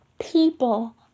People